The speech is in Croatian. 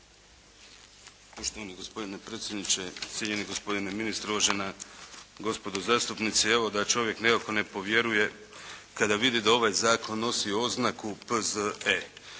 Poštovani gospodine predsjedniče, cijenjeni gospodine ministre, uvažena gospodo zastupnici. Evo da čovjek nekako ne povjeruje kada vidi da ovaj zakon nosi oznaku P.Z.E.,